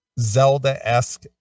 Zelda-esque